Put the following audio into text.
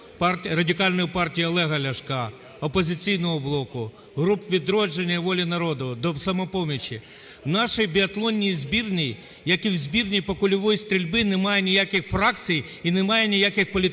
Радикальної партії Олега Ляшка, "Опозиційного блоку", груп "Відродження" і "Волі народу", до "Самопомочі". В нашій біатлонній збірній, як і в збірній по кульовій стрільбі, немає ніяких фракцій і немає ніяких політичних